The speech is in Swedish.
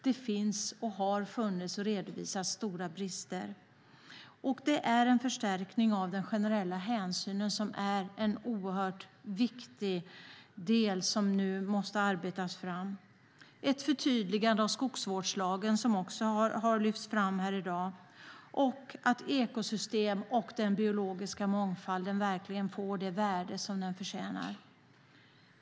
Det finns, har funnits och redovisas stora brister, och därför behövs en förstärkning av den generella hänsynen. Det är oerhört viktigt att nu ta fram ett förtydligande av skogsvårdslagen och se till att ekosystemen och den biologiska mångfalden verkligen får det värde som de förtjänar.